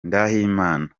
ndahimana